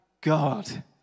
God